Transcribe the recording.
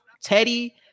Teddy